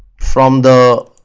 from the